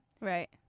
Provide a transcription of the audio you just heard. Right